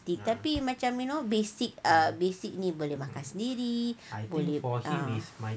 tapi macam you know basic ah basic needs boleh makan sendiri ah